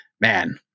man